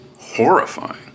horrifying